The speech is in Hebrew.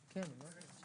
אין סיכוי.